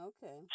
Okay